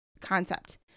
concept